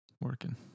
Working